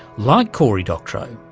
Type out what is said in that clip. like cory doctorow,